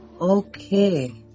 Okay